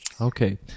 Okay